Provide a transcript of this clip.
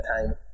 time